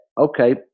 okay